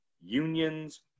Unions